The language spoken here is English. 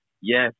yes